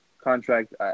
contract